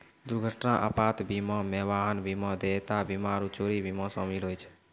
दुर्घटना आपात बीमा मे वाहन बीमा, देयता बीमा आरु चोरी बीमा शामिल होय छै